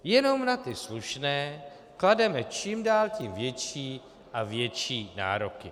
Jenom na ty slušné klademe čím dál tím větší a větší nároky.